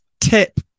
tip